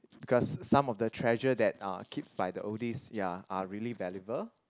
because some of the treasure that uh keeps by the oldies ya are really valuable